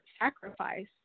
sacrifice